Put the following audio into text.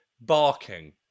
barking